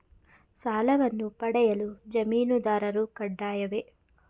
ಸಾಲವನ್ನು ಪಡೆಯಲು ಜಾಮೀನುದಾರರು ಕಡ್ಡಾಯವೇ?